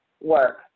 work